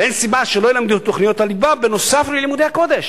ואין סיבה שלא ילמדו את תוכנית הליבה נוסף על לימודי הקודש.